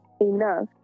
enough